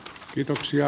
kiitoksia